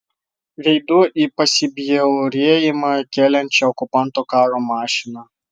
veidu į pasibjaurėjimą keliančią okupanto karo mašiną